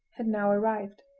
had now arrived.